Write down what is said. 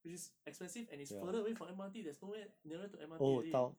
which is expensive and it's further away from M_R_T there's nowhere nearer to M_R_T already